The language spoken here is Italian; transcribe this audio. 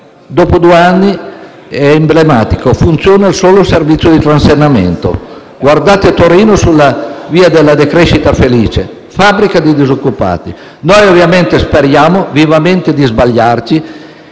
dopo due anni è emblematico, funziona solo il servizio di transennamento. Guardate Torino sulla via della decrescita felice, fabbrica di disoccupati. Noi, ovviamente, speriamo vivamente di sbagliarci